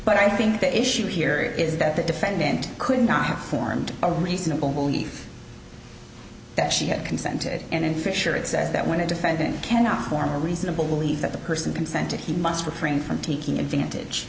but i think the issue here is that the defendant could not have formed a reasonable belief that she had consented and in fisher it says that when a defendant cannot form a reasonable belief that the person consented he must refrain from taking advantage